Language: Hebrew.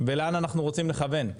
ולאן אנחנו רוצים לכוון,